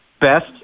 best